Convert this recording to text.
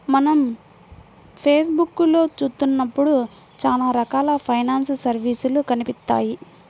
మనం ఫేస్ బుక్కులో చూత్తన్నప్పుడు చానా రకాల ఫైనాన్స్ సర్వీసులు కనిపిత్తాయి